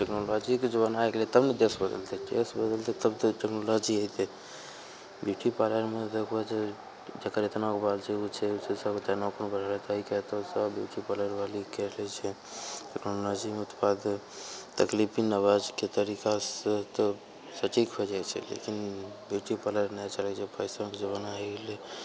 टेक्नोलॉजीके जमाना आबि गेलय तब ने देश बदललै देश बदलतै तब तऽ टेक्नोलॉजी हेतय ब्यूटी पार्लरमे देखहो जे जकर एतना गो बाल छै उ छै उ छै सब नाखुन बढ़ा लेतऽ ई कए लेतऽ उ सब ब्यूटी पार्लरवाली करि दै छै टेक्नोलॉजीमे उत्पाद आवाजके तरीकासँ तऽ सटिक होइ जाइ छै लेकिन ब्यूटी पार्लर नहि चलय छै फैशनके जमाना आइ गेलय